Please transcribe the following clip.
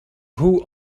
who